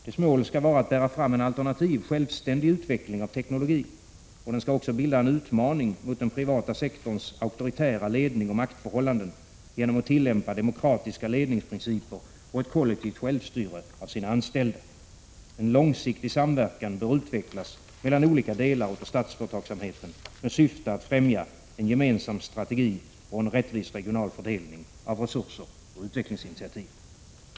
Dess mål skall vara att bära fram en alternativ, självständig utveckling av teknologin. Den skall också utgöra en utmaning mot den privata sektorns auktoritära ledning och maktförhållanden genom tillämpning av demokratiska ledningsprinciper och kollektivt självstyre av sina anställda. En långsiktig samverkan bör utvecklas mellan olika delar av statsföretagsamheten med syfte att främja en gemensam strategi och en rättvis regional fördelning av resurser och utvecklingsinitiativ.